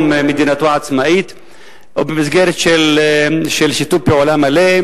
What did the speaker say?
מדינתו העצמאית ובמסגרת שיתוף פעולה מלא,